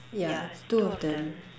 yeah two of them